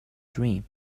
dream